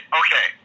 okay